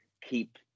keep